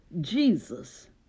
Jesus